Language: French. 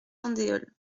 andéol